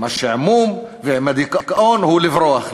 עם השעמום ועם הדיכאון, הוא לברוח.